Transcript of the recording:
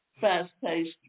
fast-paced